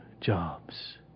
Jobs